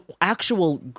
actual